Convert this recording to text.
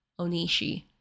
Onishi